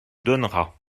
donneras